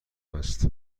است